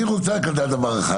אני רוצה רק לדעת דבר אחד.